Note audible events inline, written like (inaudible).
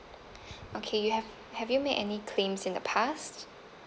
(breath) okay you have have you made any claims in the past